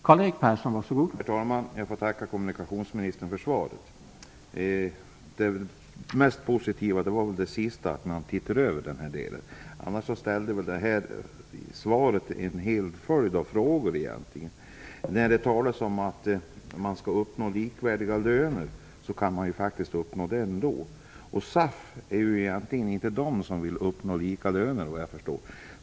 Herr talman! Jag får tacka kommunikationsministern för svaret. Det mest positiva var nog det som statsrådet sade i slutet av sitt svar, nämligen att man ser över samtliga statliga bolags arbetsgivartillhörighet. I övrigt gav svaret upphov till en mängd frågor. Det talas om att man skall uppnå likvärdiga lönevillkor. Det kan man faktiskt uppnå även på andra sätt. SAF vill egentligen inte uppnå likvärdiga löner, såvitt jag förstår.